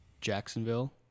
Jacksonville